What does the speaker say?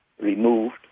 removed